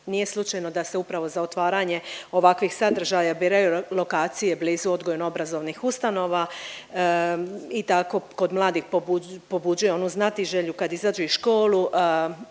Nije slučajno da se upravo za otvaranje ovakvih sadržaja biraju lokacije blizu odgojno-obrazovnih ustanova i tako kod mladih pobuđuje onu znatiželju kad izađu iz školu